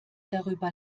darüber